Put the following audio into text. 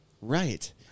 Right